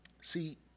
See